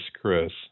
Chris